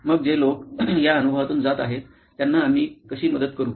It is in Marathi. मग जे लोक या अनुभवातून जात आहेत त्यांना आम्ही कशी मदत करू